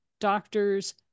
doctors